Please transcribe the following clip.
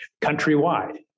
countrywide